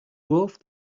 گفتمن